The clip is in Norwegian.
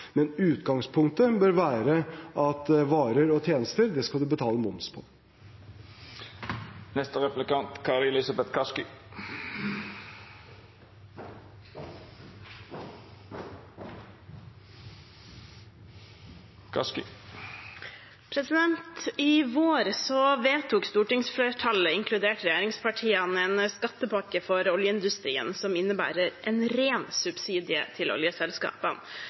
Men utgangspunktet bør være at varer og tjenester skal man betale moms på. I vår vedtok stortingsflertallet, inkludert regjeringspartiene, en skattepakke for oljeindustrien som innebærer en ren subsidie til oljeselskapene.